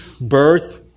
birth